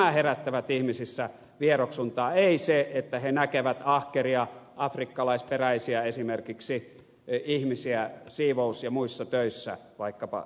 nämä herättävät ihmisissä vieroksuntaa ei se että he näkevät ahkeria esimerkiksi afrikkalaisperäisiä ihmisiä siivous ja muissa töissä vaikkapa itäkeskuksessa